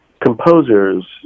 composers